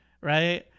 right